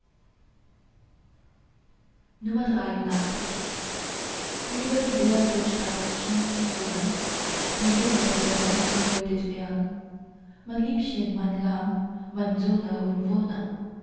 über die berge steigt schon die sonne die lämmerherde läutet fern mein liebchen mein lamm meine